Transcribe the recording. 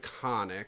iconic